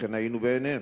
וכן היינו בעיניהם,